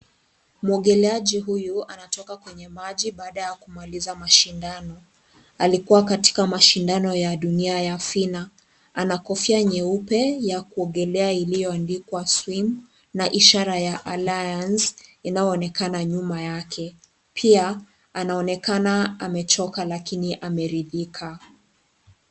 Mwogeleaji huyu anatoka kwenye maji baada ya kumaliza mashindano alikua katika mashindano ya dunia ya fina ana kofia nyeupe ya kuogelea iliyoandikwa swim na ishara ya Alianz inayoonekana nyuma yake, pia anaonekana amechoka lakini ameridhika.